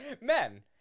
Men